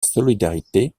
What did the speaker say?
solidarité